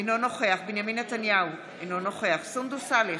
אינו נוכח בנימין נתניהו, אינו נוכח סונדוס סאלח,